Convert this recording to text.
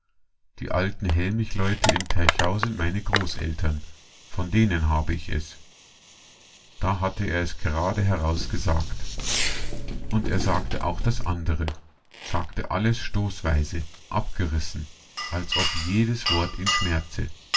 die alten hellmichleute in teichau sind meine großeltern von denen habe ich es da hatte er es gerade heraus gesagt und er sagte auch das andre sagte alles stoßweise abgerissen als ob jedes wort ihn schmerze